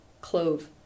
Clove